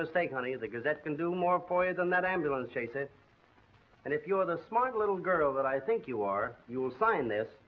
mistake on either because that can do more poison that ambulance chases and if you're the smug little girl that i think you are you will sign this